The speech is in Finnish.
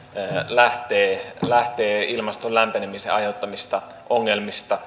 lähtee lähtee ilmaston lämpenemisen aiheuttamista ongelmista